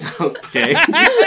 okay